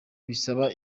bisaba